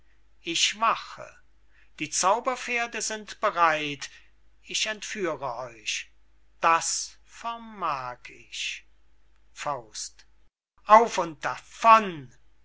ich wache die zauberpferde sind bereit ich entführe euch das vermag ich auf und davon